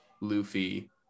Luffy